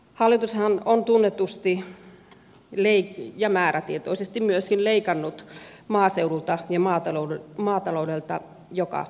hallitushan on tunnetusti ja määrätietoisesti myöskin leikannut maaseudulta ja maataloudelta joka vuosi